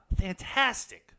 fantastic